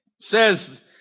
says